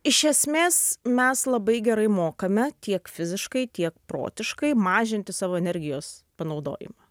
iš esmės mes labai gerai mokame tiek fiziškai tiek protiškai mažinti savo energijos panaudojimą